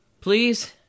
Please